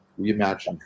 reimagine